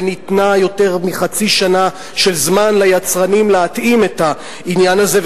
וניתן ליצרנים זמן של יותר מחצי שנה להתאים את העניין הזה,